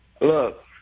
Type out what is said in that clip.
Look